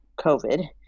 COVID